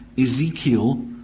Ezekiel